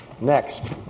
next